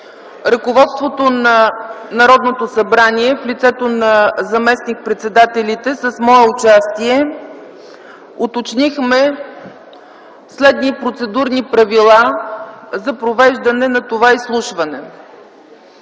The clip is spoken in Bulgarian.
ръководството на Народното събрание в лицето на заместник председателите с мое участие уточнихме следните процедурни правила за провеждане на това изслушване.